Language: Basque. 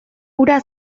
hura